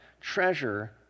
treasure